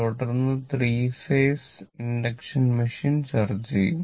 തുടർന്ന് 3 phase induction machine ചർച്ച ചെയ്യും